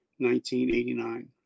1989